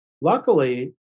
luckily